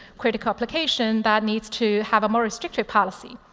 critical application that needs to have a more restrictive policy.